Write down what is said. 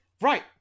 Right